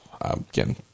again